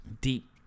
deep